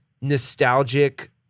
nostalgic